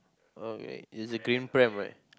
okay it's a green pram right